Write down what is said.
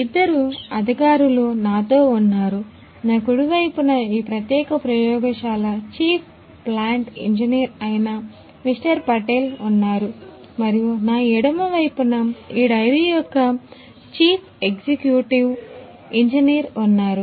ఇద్దరు అధికారులు నాతో ఉన్నారునా కుడి వైపున ఈ ప్రత్యేక ప్రయోగశాల చీఫ్ ప్లాంట్ ఇంజనీర్ అయిన మిస్టర్ పటేల్ ఉన్నారు మరియు నా ఎడమ వైపున ఈ డైరీ యొక్క చీఫ్ ఎగ్జిక్యూటివ్ ఇంజనీర్ ఉన్నారు